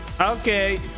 Okay